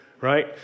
right